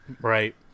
Right